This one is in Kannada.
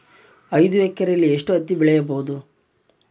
ಐದು ಎಕರೆಯಲ್ಲಿ ಎಷ್ಟು ಹತ್ತಿ ಬೆಳೆಯಬಹುದು?